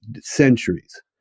centuries